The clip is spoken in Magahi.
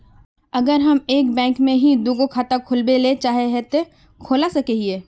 अगर हम एक बैंक में ही दुगो खाता खोलबे ले चाहे है ते खोला सके हिये?